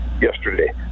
yesterday